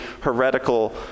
heretical